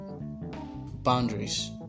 boundaries